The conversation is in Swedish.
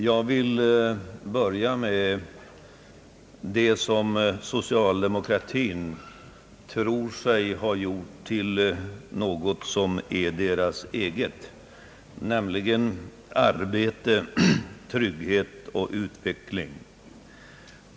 Jag vill börja med det som socialdemokratin tror sig ha gjort till något som är dess eget, nämligen arbete, trygghet och utveckling.